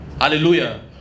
Hallelujah